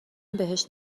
بهش